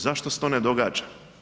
Zašto se to ne događa?